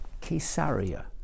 Caesarea